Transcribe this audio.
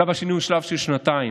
השלב השני הוא שלב של שנתיים.